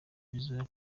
zizou